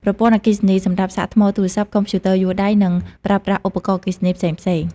ប្រព័ន្ធអគ្គិសនី សម្រាប់សាកថ្មទូរស័ព្ទ កុំព្យូទ័រយួរដៃ និងប្រើប្រាស់ឧបករណ៍អគ្គិសនីផ្សេងៗ។